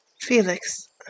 Felix